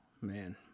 Man